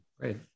Great